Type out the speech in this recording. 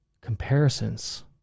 comparisons